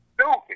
stupid